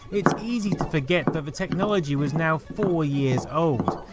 its easy to forget that the technology was now four years old,